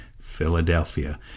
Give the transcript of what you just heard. Philadelphia